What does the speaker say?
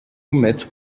met